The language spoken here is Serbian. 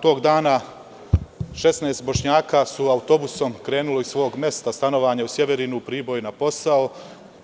Tog dana 16 Bošnjaka su autobusom krenula sa mesta stanovanja u Sjeverinu u Priboj na posao